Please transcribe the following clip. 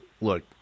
look